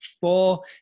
four